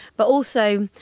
but also,